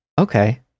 okay